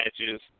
matches